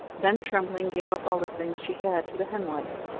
then trembling gave up all the things she had to the henwife,